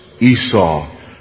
Esau